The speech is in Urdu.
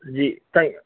جی